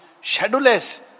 shadowless